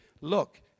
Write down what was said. look